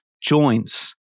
Joints